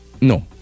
no